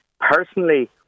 Personally